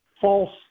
false